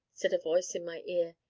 said a voice in my ear.